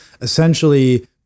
essentially